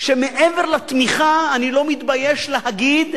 שמעבר לתמיכה, אני לא מתבייש להגיד,